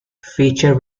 feature